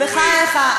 בחייך.